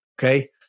Okay